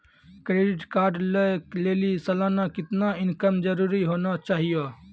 Credit card लय लेली सालाना कितना इनकम जरूरी होना चहियों?